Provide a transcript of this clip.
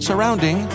Surrounding